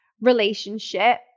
relationship